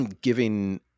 Giving